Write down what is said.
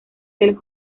del